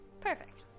Perfect